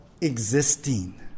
existing